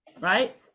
right